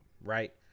right